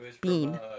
bean